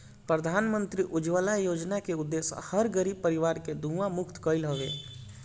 प्रधानमंत्री उज्ज्वला योजना के उद्देश्य हर गरीब परिवार के धुंआ मुक्त कईल हवे